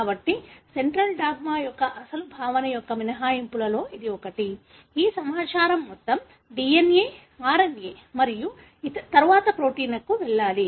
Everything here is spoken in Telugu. కాబట్టి సెంట్రల్ డాగ్మా యొక్క అసలు భావన యొక్క మినహాయింపులలో ఇది ఒకటి ఈ సమాచారం మొత్తం DNA RNA మరియు తరువాత ప్రోటీన్కు వెళ్లాలి